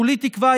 כולי תקווה,